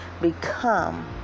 become